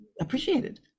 appreciated